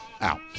out